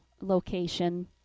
location